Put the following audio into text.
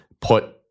put